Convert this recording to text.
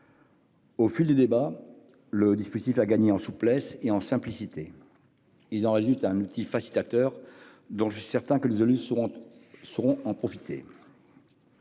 Au fil des débats, le dispositif a gagné en souplesse et en simplicité. Il en a résulté un outil facilitateur, dont je suis certain que nos élus sauront tirer profit.